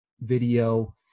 video